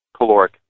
caloric